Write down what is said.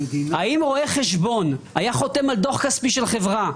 האם רואה חשבון היה חותם על דו"ח כספי של חברה,